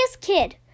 kid